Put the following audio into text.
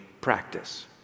practice